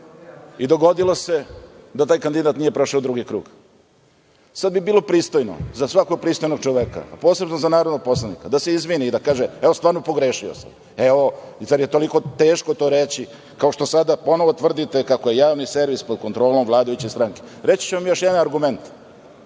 I dogodilo se da taj kandidat nije prošao drugi krug. Sada bi bilo pristojno za svakog pristojnog čoveka, posebno za narodnoga poslanika da se izvini i da kaže, evo stvarno sam pogrešio. Zar je toliko teško to reći, kao što sada ponovo tvrdite kako je Javni servis pod kontrolom vladajuće stranke. Reći ću vam još jedan argument. Apsolutni